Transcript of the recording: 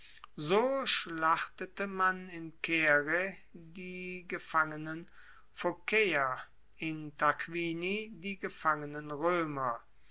so schlachtete man in caere die gefangenen phokaeer in tarquinii die gefangenen roemer